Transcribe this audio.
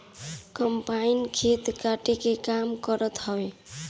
combine खेत के काटे के काम करत हवे